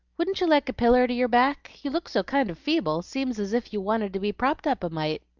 wouldn't you like a piller to your back? you look so kind of feeble seems as if you wanted to be propped up a mite.